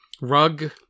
Rug